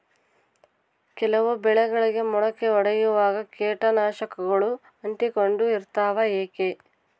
ಕೆಲವು ಬೆಳೆಗಳಿಗೆ ಮೊಳಕೆ ಒಡಿಯುವಾಗ ಕೇಟನಾಶಕಗಳು ಅಂಟಿಕೊಂಡು ಇರ್ತವ ಯಾಕೆ?